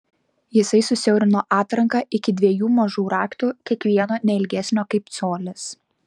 jisai susiaurino atranką iki dviejų mažų raktų kiekvieno ne ilgesnio kaip colis